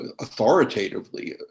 authoritatively